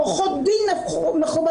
עורכות דין מכובדות,